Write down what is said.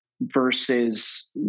versus